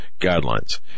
guidelines